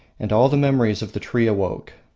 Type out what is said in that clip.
and all the memories of the tree awoke!